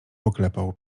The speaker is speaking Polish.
poklepał